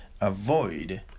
avoid